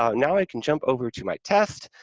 um now, i can jump over to my test.